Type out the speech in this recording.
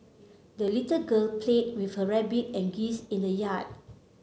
the little girl played with her rabbit and geese in the yard